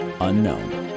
Unknown